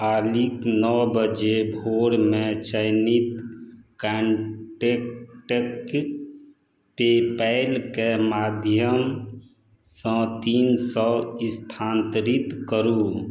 काल्हिक नओ बजे भोरमे चयनित कॉन्टैक्टक पेपलके माध्यमसँ तीन सए स्थानांतरित करू